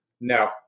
No